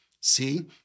See